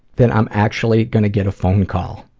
that i'm actually gonna get a phone call.